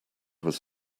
was